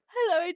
Hello